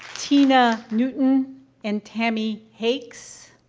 tina newton and tammy hakes?